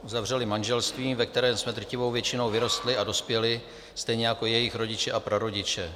Uzavřeli manželství, ve kterém jsme drtivou většinou vyrostli a dospěli, stejně jako jejich rodiče a prarodiče.